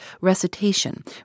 recitation